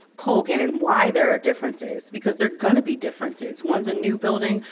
colgan and why there are differences. because there are gonna be differences. one's a new building,